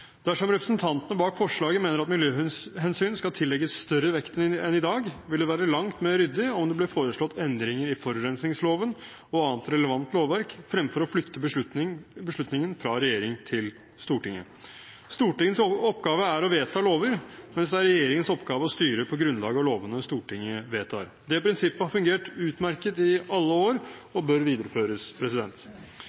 Dersom representantene bak forslaget mener at miljøhensyn skal tillegges større vekt enn i dag, vil det være langt mer ryddig om det ble foreslått endringer i forurensningsloven og annet relevant lovverk fremfor å flytte beslutningen fra regjering til storting. Stortingets oppgave er å vedta lover, mens det er regjeringens oppgave å styre på grunnlag av lovene Stortinget vedtar. Det prinsippet har fungert utmerket i alle år og bør videreføres.